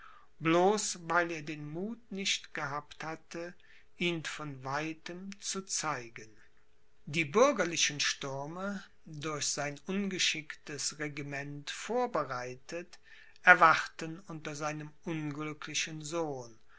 bloß weil er den muth nicht gehabt hatte ihn von weitem zu zeigen die bürgerlichen stürme durch sein ungeschicktes regiment vorbereitet erwachten unter seinem unglücklichen sohn